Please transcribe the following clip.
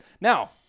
Now